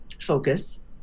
focus